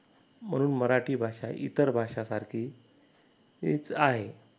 मरुम मराठी इतर भाषासारखी हीच आहे